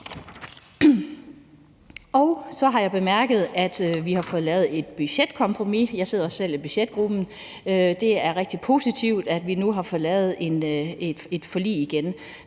Så har jeg også bemærket, at vi har fået lavet et budgetkompromis. Jeg sidder selv i budgetgruppen. Det er rigtig positivt, at vi nu har fået lavet et forlig igen.